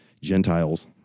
Gentiles